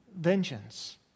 vengeance